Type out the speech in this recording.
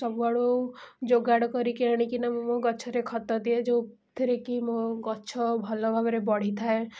ସବୁଆଡ଼ୁ ଯୋଗାଡ଼ କରିକି ଆଣିକିନା ମୁଁ ମୋ ଗଛରେ ଖତ ଦିଏ ଯେଉଁଥିରେ କି ମୋ ଗଛ ଭଲ ଭାବରେ ବଢ଼ିଥାଏ